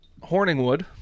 Horningwood